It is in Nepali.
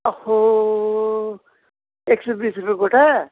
अहो एक सय बिस रुपियाँ गोटा